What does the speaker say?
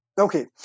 Okay